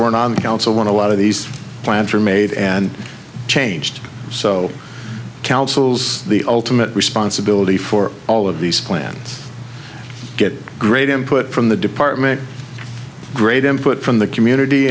weren't on the council when a lot of these plans are made and changed so councils the ultimate responsibility for all of these plans get great input from the department great input from the community